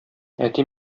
әти